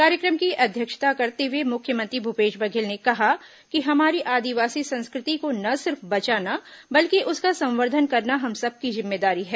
कार्यक्रम की अध्यक्षता करते हुए मुख्यमंत्री भूपेश बघेल ने कहा कि हमारी आदिवासी संस्कृति को न सिर्फ बचाना बल्कि उसका संवर्धन करना हम सबकी जिम्मेदारी है